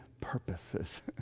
purposes